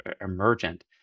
emergent